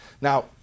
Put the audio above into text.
Now